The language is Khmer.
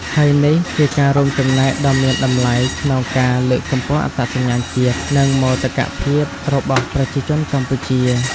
ហើយនេះជាការរួមចំណែកដ៏មានតម្លៃក្នុងការ លើកកម្ពស់អត្តសញ្ញាណជាតិ និងមោទកភាពរបស់ប្រជាជនកម្ពុជា។